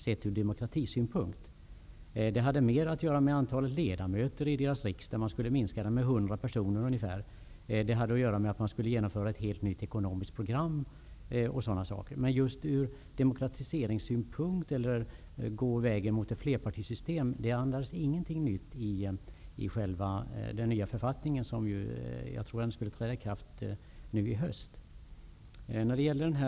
Förändringarna hade mer att göra med antalet ledamöter i deras riksdag. Det skulle minskas med 100 personer ungefär. Man skulle genomföra ett helt nytt ekonomiskt program osv. Men det fanns ingenting nytt i den nya författningen ur demokratiseringssynpunkt, inte heller talades det om att man skulle gå vägen mot ett flerpartisystem. Jag tror att den nya författningen skulle träda i kraft nu i höst.